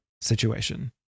situation